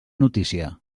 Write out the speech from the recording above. notícia